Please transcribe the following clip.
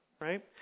right